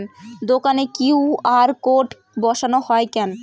দোকানে QR code বসানো হয় কেন?